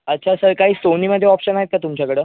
अच्छा सर काही सोनीमध्ये ऑप्शन आहेत का तुमच्याकडं